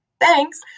Thanks